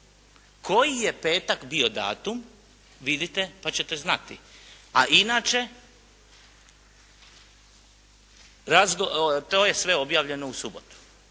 Koji je petak bio datum vidite pa ćete znati? A inače to je sve objavljeno u subotu.